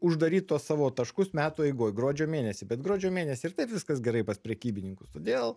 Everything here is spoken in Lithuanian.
uždaryt savo taškus metų eigoj gruodžio mėnesį bet gruodžio mėnesį ir taip viskas gerai pas prekybininkus todėl